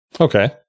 Okay